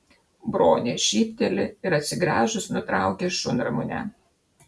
bronė šypteli ir atsigręžus nutraukia šunramunę